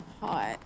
hot